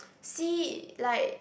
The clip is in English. C like